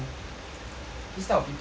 this type of people I don't like